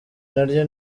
naryo